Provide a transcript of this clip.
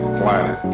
planet